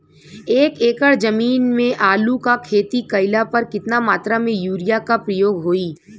एक एकड़ जमीन में आलू क खेती कइला पर कितना मात्रा में यूरिया क प्रयोग होई?